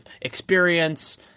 experience